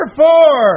four